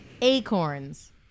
Acorns